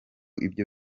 ibyo